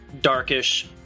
darkish